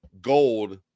gold